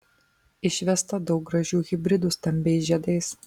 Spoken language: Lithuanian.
išvesta daug gražių hibridų stambiais žiedais